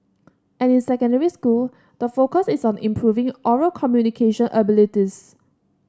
and in secondary school the focus is on improving oral communication abilities